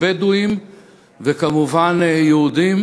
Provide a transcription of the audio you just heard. בדואים וכמובן יהודים,